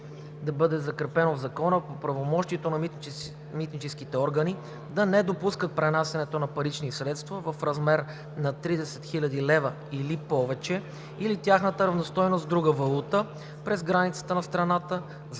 да бъде закрепено в Закона правомощието на митническите органи да не допускат пренасянето на парични средства в размер на 30 000 лв. или повече, или тяхната равностойност в друга валута през границата на страната